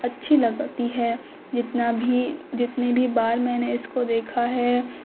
اچھی لگتی ہے جتنا بھی جتنی بھی بار میں نے اس کو دیکھا ہے